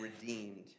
redeemed